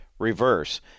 Reverse